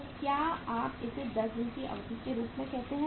तो क्या आप इसे 10 दिनों की अवधि के रूप में कहते हैं